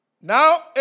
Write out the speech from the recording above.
Now